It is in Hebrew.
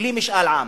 בלי משאל עם.